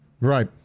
Right